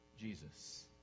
Jesus